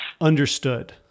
understood